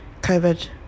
COVID